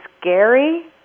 scary